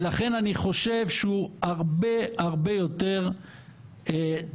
ולכן אני חושב שהרבה הרבה יותר צריכים